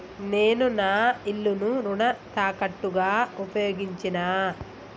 నేను నా ఇల్లును రుణ తాకట్టుగా ఉపయోగించినా